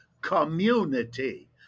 community